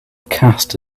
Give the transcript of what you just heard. cast